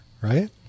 right